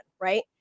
Right